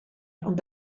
ond